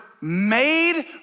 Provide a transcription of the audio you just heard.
made